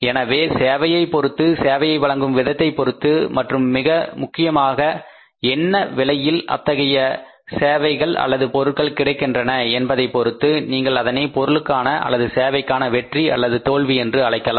எனவே சேவையைப் பொருத்து சேவையை வழங்கும் விதத்தைப் பொறுத்து மற்றும் மிக முக்கியமாக என்ன விலையில் இத்தகைய சேவைகள் அல்லது பொருட்கள் கிடைக்கின்றன என்பதை பொருத்து நீங்கள் அதனை பொருளுக்கான அல்லது சேவைக்கான வெற்றி அல்லது தோல்வி என்று அழைக்கலாம்